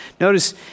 Notice